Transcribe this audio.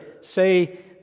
say